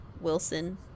Wilson